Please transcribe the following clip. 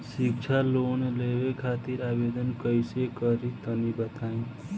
शिक्षा लोन लेवे खातिर आवेदन कइसे करि तनि बताई?